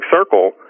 circle